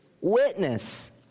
witness